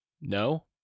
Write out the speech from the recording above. No